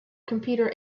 computer